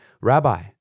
Rabbi